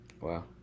Wow